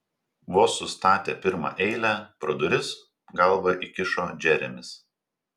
vos sustatė pirmą eilę pro duris galvą įkišo džeremis